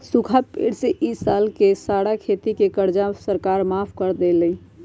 सूखा पड़े से ई साल के सारा खेती के कर्जा सरकार माफ कर देलई